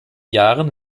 jahren